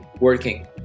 working